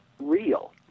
real